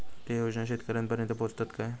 ते योजना शेतकऱ्यानपर्यंत पोचतत काय?